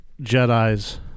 Jedis